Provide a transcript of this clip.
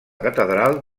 catedral